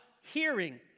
Hearing